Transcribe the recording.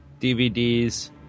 DVDs